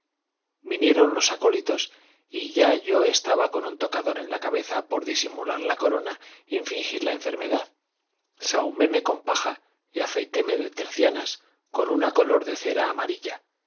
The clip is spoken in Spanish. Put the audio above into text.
vinieron los acólitos y ya yo estaba con un tocador en la cabeza por disimular la corona y fingir la enfermedad sahuméme con paja y afeitéme de tercianas con una color de cera amarilla